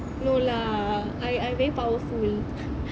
no lah I I very powerful